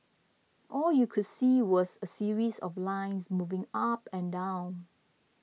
all you could see was a series of lines moving up and down